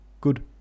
good